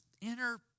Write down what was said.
inner